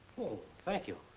oh, thank you.